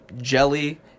jelly